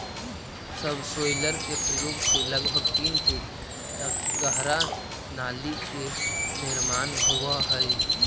subsoiler के प्रयोग से लगभग तीन फीट तक गहरा नाली के निर्माण होवऽ हई